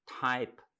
type